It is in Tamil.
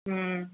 ம்